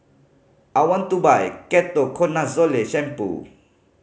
I want to buy Ketoconazole Shampoo